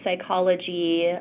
psychology